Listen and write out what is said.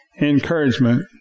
Encouragement